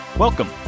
Welcome